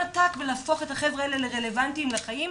עתק בלהפוך את החבר'ה האלה ברלוונטיים לחיים.